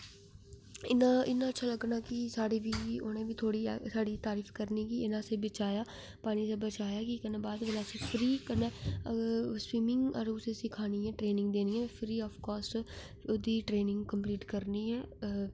इन्ना अच्छा लग्गना कि साढ़े बी उनेंगी थोह्ड़ी साढ़ी तारिफ करनी के आसेंगी बचाया पानी थमां बचाया ुंहे बाद कन्ने स्बिमिंग कुस गी सिखानी जां ट्रेनिंग देनी ऐ फ्री आफॅ कास्ट ओहदी ट्रैनिंग कम्पलीट करनी ऐ